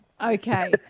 Okay